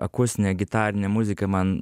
akustinė gitarinė muzika man